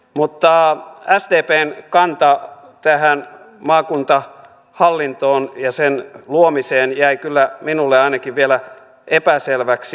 mutta sdpn kanta tähän maakuntahallintoon ja sen luomiseen jäi kyllä ainakin minulle vielä epäselväksi